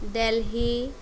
Delhi